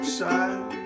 side